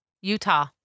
Utah